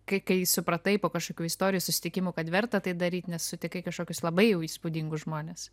kai kai supratai po kažkokių istorijų susitikimų kad verta tai daryt nes sutikai kažkokius labai jau įspūdingus žmones